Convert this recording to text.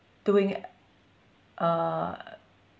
doing uh